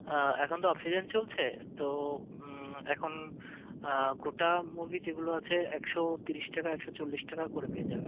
হ্যাঁ এখন তো অফ সিজন চলছে তো এখন গোটা মুরগি যেগুলো আছে একশো তিরিশ টাকা একশো চল্লিশ টাকা করে পেয়ে যাবেন